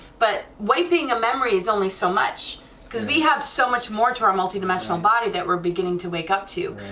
but wiping a memory is only so much because we have so much more to our multidimensional body that we're beginning to wake up to,